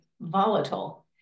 volatile